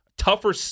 tougher